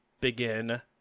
begin